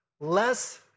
less